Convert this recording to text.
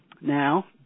now